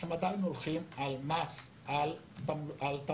הם עדיין הולכים על מס על תמלוגים,